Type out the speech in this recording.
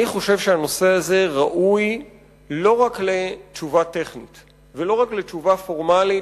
אני חושב שהנושא הזה ראוי לא רק לתשובה טכנית ולא רק לתשובה פורמלית,